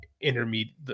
intermediate